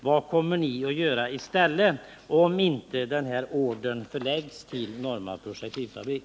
Vad kommer ni att göra i stället om den här ordern inte läggs ut till Norma Projektilfabrik?